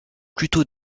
plutôt